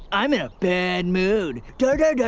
i'm in a bad mood.